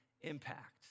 impact